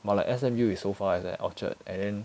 but like S_M_U is so far it's at orchard and then